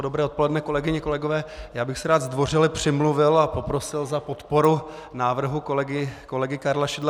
Dobré odpoledne, kolegyně, kolegové, já bych se rád zdvořile přimluvil a poprosil za podporu návrhu kolegy Karla Šidla.